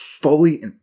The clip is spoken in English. fully